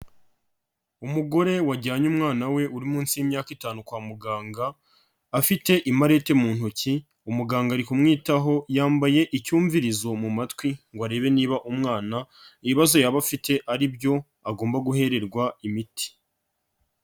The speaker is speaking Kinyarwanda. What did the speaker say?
Umugore wajyanye umwana we uri munsi y'imyaka itanu kwa muganga afite imarete mu ntoki, umuganga ari kumwitaho yambaye icyumvirizo mu matwi ngo arebe niba umwana ibibazo yaba afite ari byo agomba guhererwa imiti.